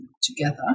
together